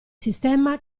sistema